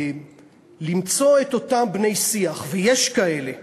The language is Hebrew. ולמצוא את אותם בני-שיח, ויש כאלה,